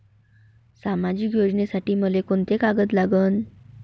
सामाजिक योजनेसाठी मले कोंते कागद लागन?